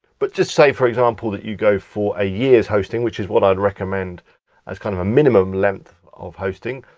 but just say for example, that you go for a years hosting, which is what i'd recommend as kind of a minimum level of hosting,